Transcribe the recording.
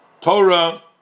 Torah